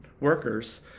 workers